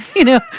you know,